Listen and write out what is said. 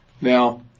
Now